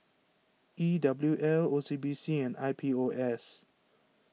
E W L O C B C and I P O S